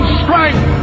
strength